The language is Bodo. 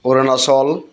अरुनाचल प्रदेश